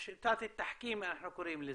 ושיטת התחכימא, אנחנו קוראים לזה.